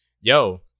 Yo